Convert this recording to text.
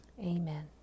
Amen